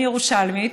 אני ירושלמית.